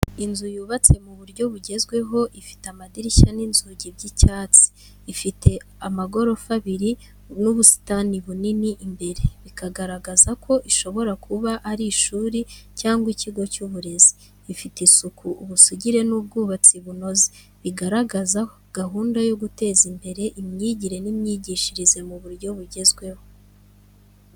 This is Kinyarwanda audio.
Inzu yubatse mu buryo bugezweho, ifite amadirishya n'inzugi by’icyatsi, ifite amagorofa abiri n’ubusitani bunini imbere, bikagaragaza ko ishobora kuba ari ishuri cyangwa ikigo cy’uburezi. Ifite isuku, ubusugire n’ubwubatsi bunoze, bigaragaza gahunda yo guteza imbere imyigire n’imyigishirize mu buryo bugezweho.